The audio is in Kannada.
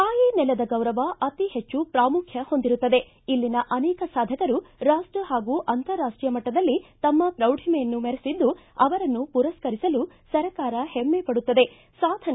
ತಾಯಿ ನೆಲದ ಗೌರವ ಅತೀ ಹೆಚ್ಚು ಪ್ರಾಮುಖ್ಯ ಹೊಂದಿರುತ್ತದೆ ಇಲ್ಲಿನ ಅನೇಕ ಸಾಧಕರು ರಾಷ್ಟ ಹಾಗೂ ಅಂತಾರಾಷ್ಟೀಯ ಮಟ್ಟದಲ್ಲಿ ತಮ್ಮ ಪ್ರೌಢಿಮೆಯನ್ನು ಮೆರೆಸಿದ್ದು ಅವರನ್ನು ಪುರಸ್ಕರಿಸಲು ಸರ್ಕಾರ ಹೆಮ್ಮೆ ಪಡುತ್ತದೆ ಸಾಧನೆ